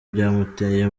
byamuteye